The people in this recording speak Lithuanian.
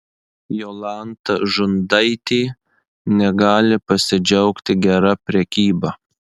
jolanta žundaitė negali pasidžiaugti gera prekyba